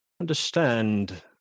understand